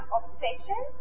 obsession